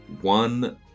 One